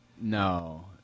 No